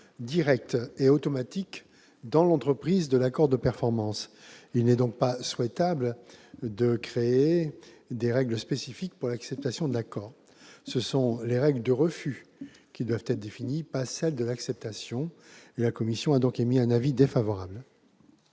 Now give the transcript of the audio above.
directe et automatique dans l'entreprise de l'accord de performance. Il n'est donc pas souhaitable de créer des règles spécifiques pour l'acceptation de l'accord. Ce sont les règles de refus qui doivent être définies, non pas celles d'acceptation. La commission émet donc un avis défavorable.